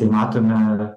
tai matome